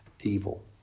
evil